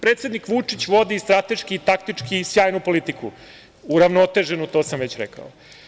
Predsednik Vučić vodi strateški, taktički sjajnu politiku, uravnoteženu, to sam već rekao.